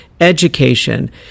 education